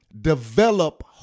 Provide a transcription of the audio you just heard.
develop